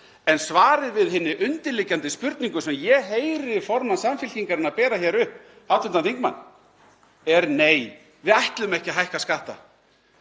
En svarið við hinni undirliggjandi spurningu sem ég heyri formann Samfylkingarinnar bera hér upp, hv. þingmann, er: Nei, við ætlum ekki að hækka skatta.